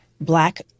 black